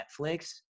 netflix